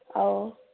ꯑꯥꯎ